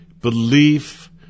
belief